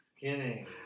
Kidding